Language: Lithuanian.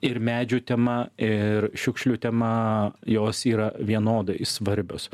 ir medžių tema ir šiukšlių tema jos yra vienodai svarbios